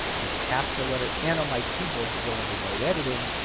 and tap the letter n on my keyboard to go into node editing